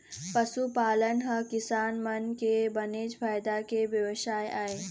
पशुपालन ह किसान मन के बनेच फायदा के बेवसाय आय